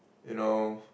you know